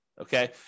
Okay